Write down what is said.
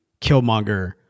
Killmonger